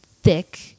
thick